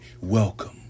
welcome